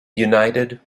united